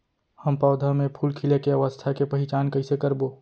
हम पौधा मे फूल खिले के अवस्था के पहिचान कईसे करबो